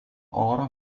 oro